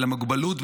ולמוגבלות,